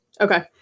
Okay